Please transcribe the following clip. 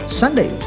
sunday